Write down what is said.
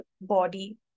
body